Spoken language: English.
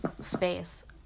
space